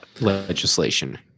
legislation